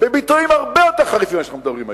בביטויים הרבה יותר חריפים ממה שאנחנו מדברים היום.